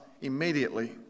immediately